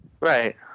Right